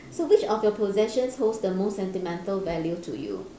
so which of your possessions holds the most sentimental value to you